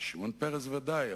שמעון פרס, ודאי.